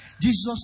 Jesus